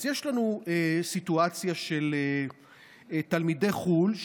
אז יש לנו סיטואציה של תלמידי חו"ל,